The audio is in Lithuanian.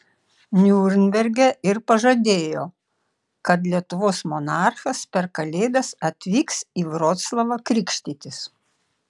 niurnberge ir pažadėjo kad lietuvos monarchas per kalėdas atvyks į vroclavą krikštytis